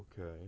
Okay